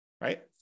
right